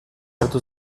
hartu